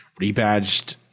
rebadged